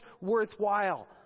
worthwhile